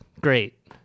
Great